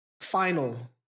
Final